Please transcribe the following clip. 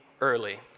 early